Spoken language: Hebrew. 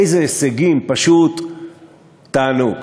איזה הישגים, פשוט תענוג.